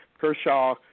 Kershaw